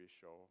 show